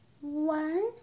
One